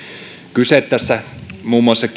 kyse tässä muun muassa